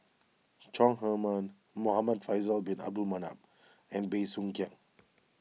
Chong Heman Muhamad Faisal Bin Abdul Manap and Bey Soo Khiang